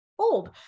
old